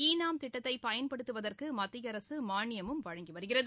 ஈ NAM திட்டத்தை பயன்படுத்துவதற்கு மத்திய அரசு மானியமும் வழங்கி வருகிறது